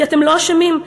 כי אתם לא אשמים,